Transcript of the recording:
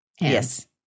Yes